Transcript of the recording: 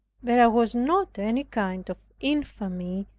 there was not any kind of infamy,